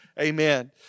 amen